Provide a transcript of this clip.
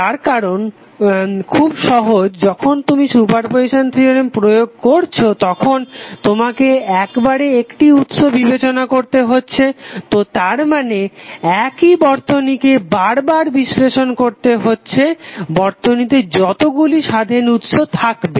তার কারণ খুব সহজ যখন তুমি সুপারপজিসান থিওরেম প্রয়োগ করছো তখন তোমাকে একবারে একটি উৎস বিবেচনা করতে হচ্ছে তো তার মানে একই বর্তনীকে বার বার বিশ্লেষণ করতে হচ্ছে বর্তনীতে যতগুলি স্বাধীন উৎস থাকবে